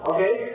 Okay